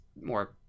more